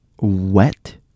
wet